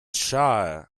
shire